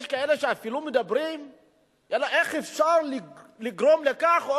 יש כאלה שאפילו מדברים איך אפשר לגרום לכך,